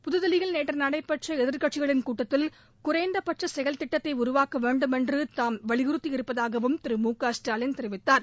புதுதில்லியில் நேற்று நடைபெற்ற எதிர்க்கட்சிகளின் கூட்டத்தில் குறைந்தபட்ச செயல்திட்டத்தை உருவாக்க வேண்டும் என்று தாம் வலியுறுத்தியிருப்பதாகவும் திரு மு க ஸ்டாலின் தெரிவித்தாா்